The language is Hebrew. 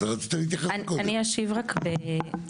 ואני אשאל.